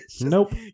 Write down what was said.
Nope